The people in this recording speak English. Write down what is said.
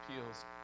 appeals